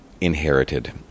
inherited